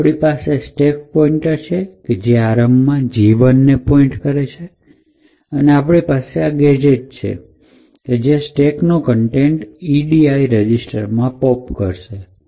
તો આપણી પાસે સ્ટેક પોઇન્ટર કે જે આરંભમાં G ૧ને પોઇન્ટ કરે છે અને તેથી આપણી પાસે આ ગેજેટ છે કે જે સ્ટેકનો કન્ટેન્ટ edi રજીસ્ટરમાં પોપ કરશે